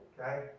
Okay